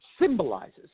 symbolizes